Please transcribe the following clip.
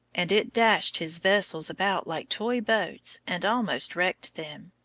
and it dashed his vessels about like toy boats and almost wrecked them.